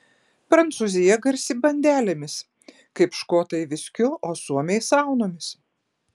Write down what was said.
prancūzija garsi bandelėmis kaip škotai viskiu o suomiai saunomis